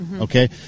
Okay